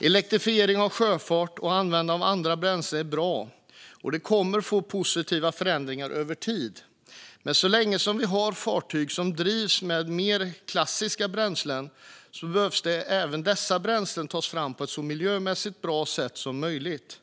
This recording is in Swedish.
Elektrifiering av sjöfart och användning av andra bränslen är bra. Det kommer att leda till positiva förändringar över tid. Men så länge vi har fartyg som drivs med mer klassiska bränslen behöver även dessa bränslen tas fram på ett så miljömässigt bra sätt som möjligt.